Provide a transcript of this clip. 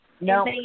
No